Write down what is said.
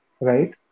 right